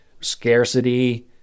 Scarcity